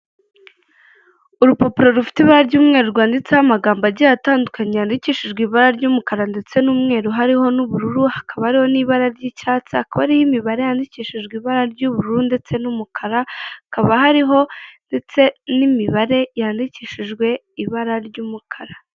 Urupapuro rufite ibara ry'umweru, rwanditseho amagambo agiye atandukanye, yandikishijwe ibara ry'umukara ndetse n'umweru hariho n'ubururu, hakaba hariho n'ibara ry'icyatsi, hakaba hari imibare yandikishijwe ibara ry'ubururu ndetse n'umukara, hakaba hariho ndetse n'imibare yandikishijwe ibara ry'umukara.